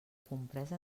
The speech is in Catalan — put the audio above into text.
compresa